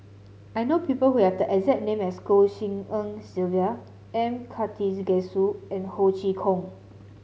I know people who have the exact name as Goh Tshin En Sylvia M Karthigesu and Ho Chee Kong